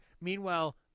Meanwhile